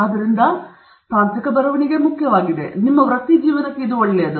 ಆದ್ದರಿಂದ ತಾಂತ್ರಿಕ ಬರವಣಿಗೆ ಮುಖ್ಯವಾಗಿದೆ ನಿಮ್ಮ ವೃತ್ತಿಗಾಗಿ ಇದು ನಿಮಗೆ ಒಳ್ಳೆಯದು